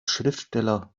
schriftsteller